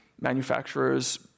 manufacturers